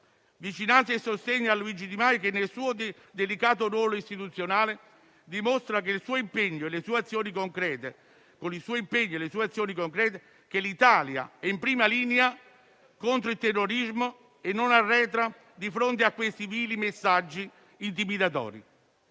Vicinanza e sostegno a Luigi Di Maio che, nel suo delicato ruolo istituzionale, dimostra, con il suo impegno e le sue azioni concrete, che l'Italia è in prima linea contro il terrorismo e non arretra di fronte a questi vili messaggi intimidatori.